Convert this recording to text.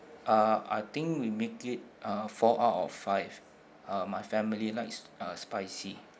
uh I think we make it uh four out of five uh my family likes uh spicy